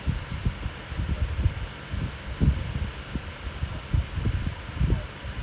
this brand you send him right he finished the first one like what I think super fast he finished already ah